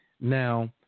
Now